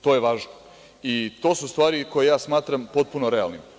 To je važno i to su stvari koje ja smatram potpuno realnim.